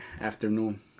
afternoon